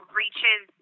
reaches